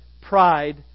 pride